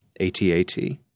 ATAT